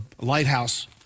lighthouse